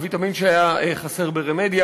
הוויטמין שהיה חסר ב"רמדיה",